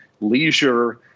leisure